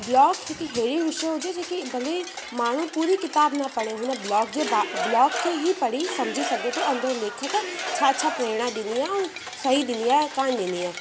block हिक अहिड़ी विषय हुजे जेकी भले माण्हू पूरी किताब न पढ़े हुन ब्लॉक जे ब ब्लॉक खे ई पढ़ी सम्झी सघे थो अंदरि लेखक छा छा प्रेरणा ॾिनी आहे सही ॾिनी आहे कोन्ह ॾिनी आहे